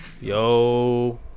Yo